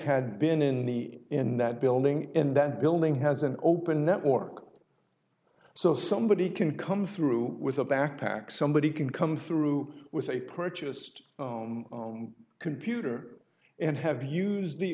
had been in the in that building and that building has an open network so somebody can come through with a backpack somebody can come through with a purchased computer and have used the